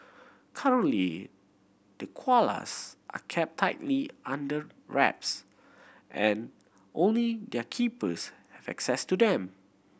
currently the koalas are kept tightly under wraps and only their keepers access to them